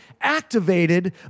activated